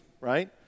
right